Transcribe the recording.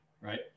Right